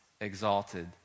exalted